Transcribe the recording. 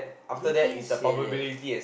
freaking sian leh